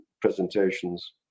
presentations